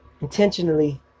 intentionally